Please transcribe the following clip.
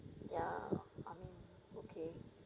ya I mean okay